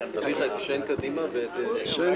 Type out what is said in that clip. שהוא כאמור סוחר שוק ההון מיומן